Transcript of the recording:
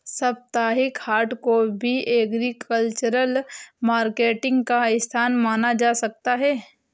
साप्ताहिक हाट को भी एग्रीकल्चरल मार्केटिंग का स्थान माना जा सकता है